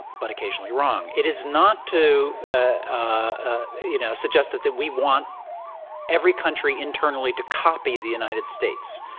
but occasionally wrong. it is not to, ah you know, suggest that that we want every country internally to copy the united states.